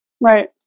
Right